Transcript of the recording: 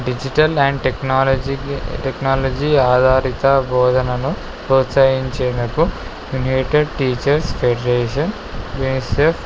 digital and technology technology ఆధారిత భోధనను ప్రోత్సహించేందుకు యునైటెడ్ టీచర్స్ ఫెడరేషన్ యునిసెఫ్